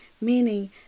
meaning